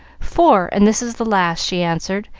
four, and this is the last, she answered,